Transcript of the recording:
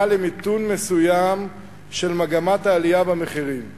למיתון מסוים של מגמת העלייה במחירים,